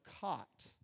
caught